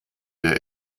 der